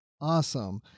awesome